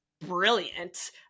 brilliant